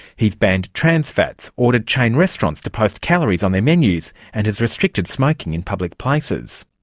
he has banned trans-fats, ordered chain restaurants to post calories on their menus, and has restricted smoking in public places.